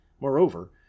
Moreover